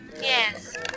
Yes